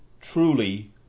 truly